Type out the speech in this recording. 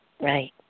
Right